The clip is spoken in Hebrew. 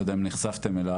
לא יודע אם נחשפתם אליו,